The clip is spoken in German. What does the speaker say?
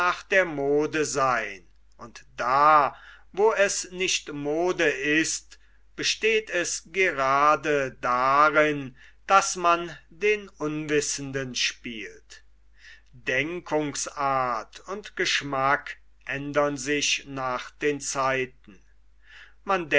der mode seyn und da wo es nicht mode ist besteht es grade darin daß man den unwissenden spielt denkungsart und geschmack ändern sich nach den zeiten